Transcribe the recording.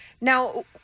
Now